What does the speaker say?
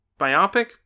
Biopic